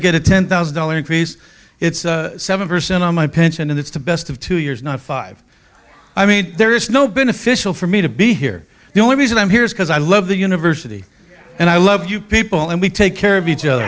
get a ten thousand dollars raise it's seven percent on my pension and it's the best of two years not five i mean there is no beneficial for me to be here the only reason i'm here is because i love the university and i love you people and we take care of each other